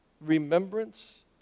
remembrance